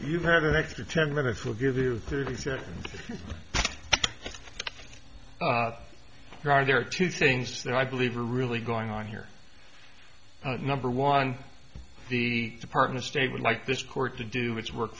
you have an extra ten minutes we'll give you thirty seconds there are there are two things that i believe are really going on here number one the department of state would like this court to do its work